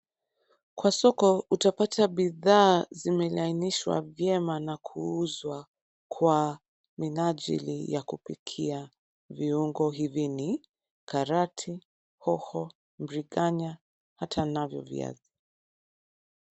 Kwa soko utapata bidhaa zimelainisha vyema na kuuzwa kwa minajili ya kupikia. Viungo hivi ni karoti, hoho, biringanya hata navyo viazi.